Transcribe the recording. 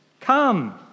Come